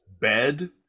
bed